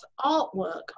artwork